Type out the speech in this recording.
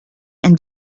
and